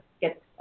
get